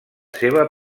seva